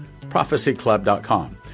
prophecyclub.com